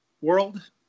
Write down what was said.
world